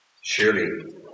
Surely